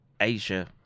Asia